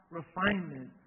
refinement